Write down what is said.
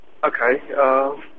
Okay